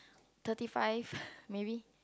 thirty five maybe